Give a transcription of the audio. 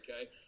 okay